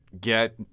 get